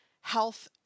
health